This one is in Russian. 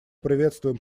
приветствуем